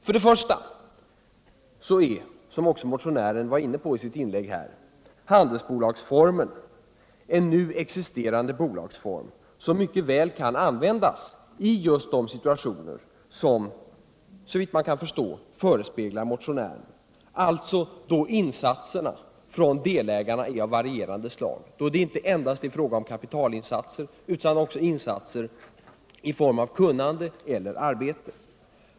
För det första är handelsbolagsforrnen — såsom motionären också var inne på i sitt anförande — en nu existerande bolagsform som mycket väl kan användas i just de situationer som, såvitt jag kan förstå, förespeglar motionären, dvs. då delägarnas insatser är av varierande slag och då det inte endast är fråga om kapitalinsatser utan också insatser i form av kunnande eller arbete.